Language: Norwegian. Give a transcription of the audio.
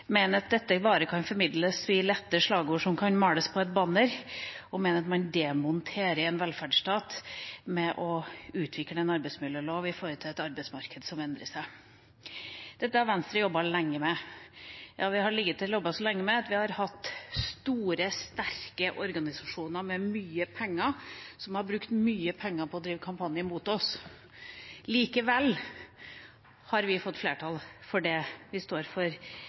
mener at dette bare kan formidles med lette slagord som kan males på et banner, og som mener at man demonterer en velferdsstat med å utvikle en arbeidsmiljølov etter et arbeidsmarked som endrer seg. Dette har Venstre jobbet med lenge. Vi har jobbet lenge med det, og vi har hatt store, sterke organisasjoner som har brukt mye penger på å drive kampanjer mot oss. Likevel har vi fått flertall her i stortingssalen for det vi står for,